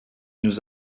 nous